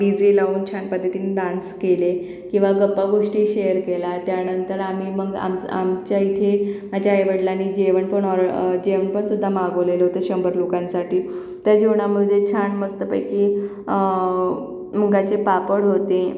D J लावून छान पद्धतीनं डान्स केले किंवा गप्पागोष्टी शेअर केला त्यानंतर आम्ही मग आम आमच्या इथे माझ्या आईवडलांनी जेवणपण ऑ जेवणपण सुद्धा मागवलेलं होतं शंभर लोकांसाठी त्या जेवणामधे छान मस्तपैकी मुगाचे पापड होते